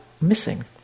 missing